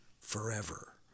forever